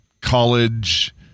college